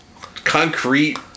concrete